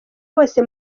bose